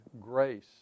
grace